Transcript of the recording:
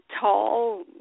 tall